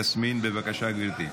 יסמין, בבקשה, גברתי.